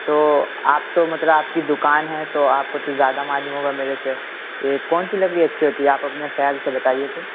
تو آپ تو مطلب آپ کی دکان ہے تو آپ کو تو زیادہ معلوم ہوگا میرے سے یہ کون سی لکڑی اچھی ہوتی ہے آپ اپنے خیال سے بتائیے تو